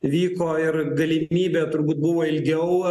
vyko ir galimybė turbūt buvo ilgiau